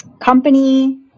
Company